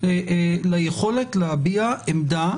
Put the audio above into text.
ליכולת להביע עמדה,